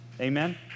Amen